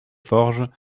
forges